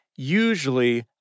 Usually